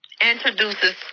introduces